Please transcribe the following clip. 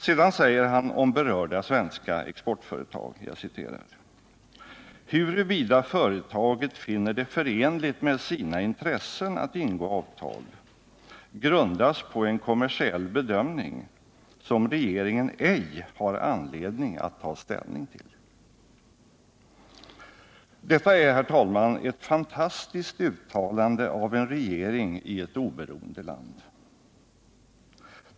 Vidare säger han om berörda exportföretag: ”Huruvida företaget finner det förenligt med sina intressen att ingå avtal grundas på en kommersiell bedömning som regeringen ej har anledning att ta ställning till.” Det är, herr talman, ett fantastiskt uttalande av en regering i ett oberoende land.